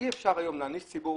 אי אפשר היום להעניש ציבור,